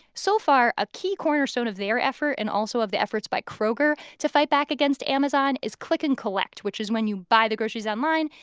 so far, a key cornerstone of their effort, and also of the efforts by kroger, to fight back against amazon is click and collect, which is when you buy the groceries online,